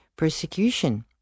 Persecution